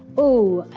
oh,